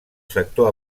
sector